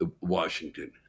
Washington